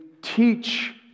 teach